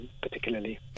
particularly